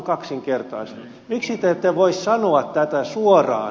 miksi te ette voi sanoa tätä suoraan